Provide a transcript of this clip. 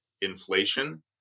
inflation